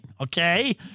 okay